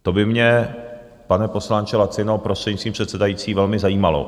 To by mě, pane poslanče Lacino, prostřednictvím předsedající, velmi zajímalo.